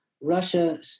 Russia